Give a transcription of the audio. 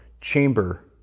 chamber